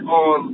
on